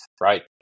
right